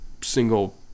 single